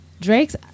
Drake's